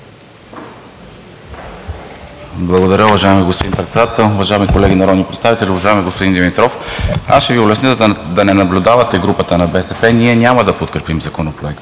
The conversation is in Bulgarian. Благодаря, уважаеми господин Председател! Уважаеми колеги народни представители, уважаеми господин Димитров, аз ще Ви улесня, за да не наблюдавате групата на БСП – ние няма да подкрепим Законопроекта.